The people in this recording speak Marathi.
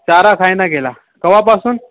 चारा खाईना गेला केव्हापासून